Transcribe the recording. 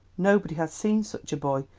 nobody has seen such a boy,